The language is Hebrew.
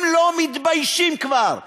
הם לא מתביישים כבר,